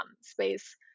space